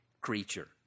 creature